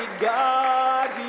God